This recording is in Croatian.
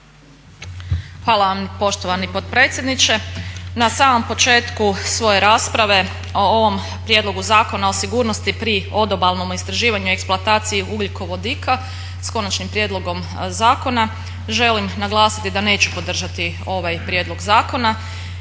Hvala vam poštovani potpredsjedniče. Na samom početku svoje rasprave o ovom Prijedlogu zakona o sigurnosti pri odobalnom istraživanju i eksploataciji ugljikovodika sa konačnim prijedlogom zakona želim naglasiti da neću podržati ovaj prijedlog zakona